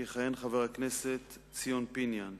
יכהן חבר הכנסת ציון פיניאן.